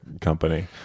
company